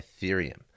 Ethereum